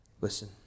Listen